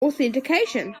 authentication